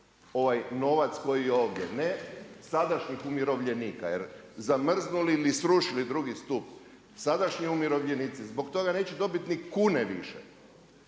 Ovaj novac koji je ovdje, ne sadašnjih umirovljenika, jer zamrznuli ili srušili drugi stup, sadašnji umirovljenici, zbog toga neće dobiti ni kune više.